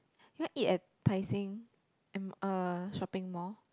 you want eat at Tai Seng M uh shopping mall